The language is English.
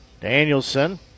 Danielson